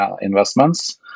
investments